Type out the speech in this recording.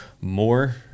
more